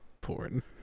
porn